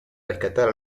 rescatar